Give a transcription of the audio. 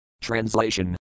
Translation